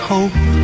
Hope